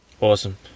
awesome